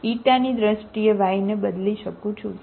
તેથી ξ ની દ્રષ્ટિએ y ને બદલી શકું છું